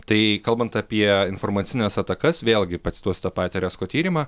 tai kalbant apie informacines atakas vėlgi pacituosiu tą patį resko tyrimą